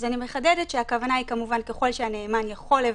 אני מחדדת שהכוונה היא כמובן: ככול שהנאמן יכול לברר,